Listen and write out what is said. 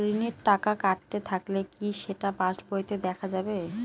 ঋণের টাকা কাটতে থাকলে কি সেটা পাসবইতে দেখা যাবে?